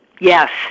Yes